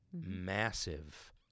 massive